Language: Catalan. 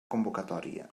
convocatòria